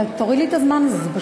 תוריד לי את הזמן הזה.